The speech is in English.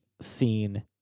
scene